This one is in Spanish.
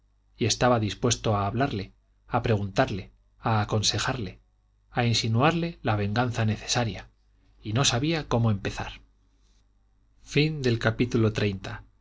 y estaba dispuesto a hablarle a preguntarle a aconsejarle a insinuarle la venganza necesaria y no sabía cómo empezar cuando acabó de